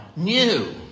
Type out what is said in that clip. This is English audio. New